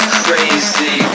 crazy